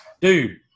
Dude